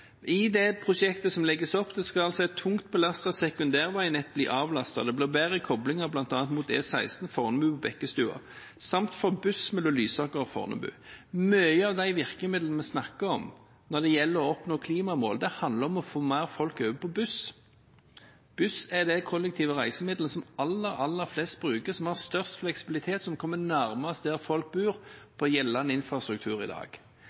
I det prosjektet som det legges opp til, skal altså et tungt belastet sekundærveinett bli avlastet. Det blir bedre koblinger, bl.a. mot E16 Fornebu–Bekkestua samt for buss mellom Lysaker og Fornebu. Mange av de virkemidlene vi snakker om når det gjelder å nå klimamål, handler om å få flere folk over på buss. Buss er det kollektive reisemiddelet som de aller fleste bruker, som har størst fleksibilitet, som kommer nærmest der folk bor, på gjeldende infrastruktur i dag.